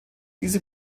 diese